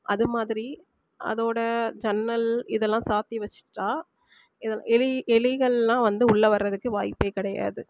அது மாதிரி அதோட ஜன்னல் இதெல்லாம் சாத்தி வெச்சுட்டா இதில் எலி எலிகள்லாம் வந்து உள்ள வர்றதுக்கு வாய்ப்பு கிடையாது